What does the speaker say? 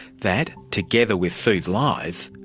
that, together with sue's lies,